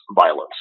violence